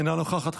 אינה נוכחת,